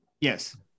Yes